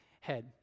head